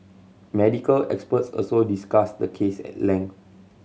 medical experts also discussed the case at length